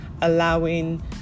allowing